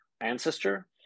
ancestor